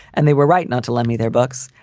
and they were right not to let me. their books.